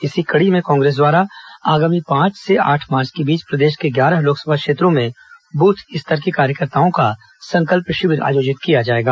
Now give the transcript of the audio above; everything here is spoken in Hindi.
इसी कड़ी में कांग्रेस द्वारा आगामी पांच से आठ मार्च के बीच प्रदेश के ग्यारह लोकसभा क्षेत्रों में बूथ स्तर के कार्यकर्ताओं का संकल्प शिविर आयोजित किया जाएगा